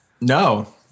No